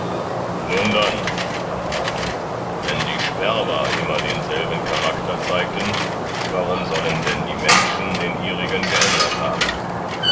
nun dann sprach martin wenn die sperber immer denselben charakter zeigten warum sollen denn die menschen den ihrigen geändert haben